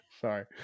Sorry